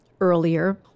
earlier